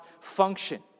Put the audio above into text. function